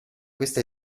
questa